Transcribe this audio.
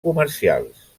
comercials